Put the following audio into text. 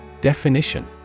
Definition